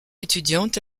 étudiante